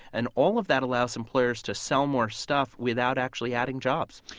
and all of that allows employers to sell more stuff without actually adding jobs.